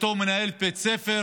אשתו מנהלת בית ספר,